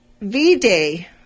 V-Day